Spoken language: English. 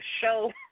show